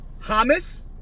Hamas